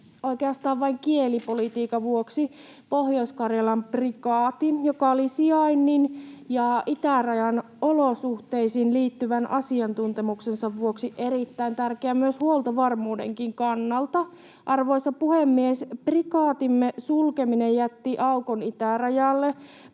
oikeastaan vain kielipolitiikan vuoksi Pohjois-Karjalan prikaati, joka oli sijainnin ja itärajan olosuhteisiin liittyvän asiantuntemuksensa vuoksi erittäin tärkeä myös huoltovarmuudenkin kannalta. Arvoisa puhemies! Prikaatimme sulkeminen jätti aukon itärajalle.